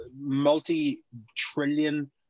multi-trillion